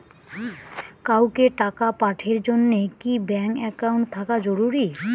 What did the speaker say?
কাউকে টাকা পাঠের জন্যে কি ব্যাংক একাউন্ট থাকা জরুরি?